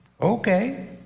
okay